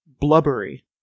blubbery